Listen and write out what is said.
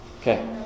Okay